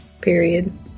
period